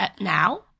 now